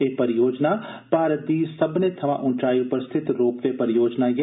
एह् परियोजना भारत दी सब्मनें थवां उच्चाई पर स्थित रोपवे परियोजना ऐ